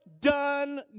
done